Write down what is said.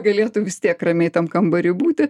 galėtų vis tiek ramiai tam kambary būti